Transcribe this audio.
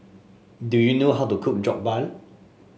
do you know how to cook Jokbal